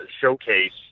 showcase